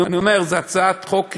זו הצעת חוק ראויה.